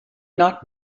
not